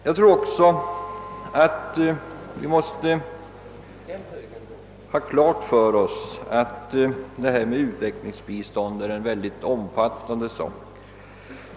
Vi måste också ha klart för oss att utvecklingsbiståndet är en synnerligen omfattande fråga.